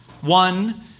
One